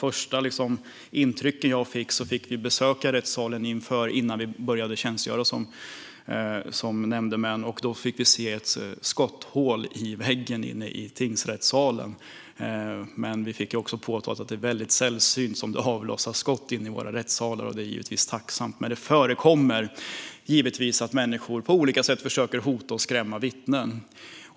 Ett av de första intrycken jag fick var när vi, innan vi började tjänstgöra som nämndemän, fick besöka rättssalen och fick se ett skotthål i väggen inne i tingsrättssalen. Men vi fick veta att det är väldigt sällsynt att det avlossas skott inne i våra rättssalar. Det är givetvis tacksamt. Det förekommer dock att människor på olika sätt försöker hota och skrämma vittnen.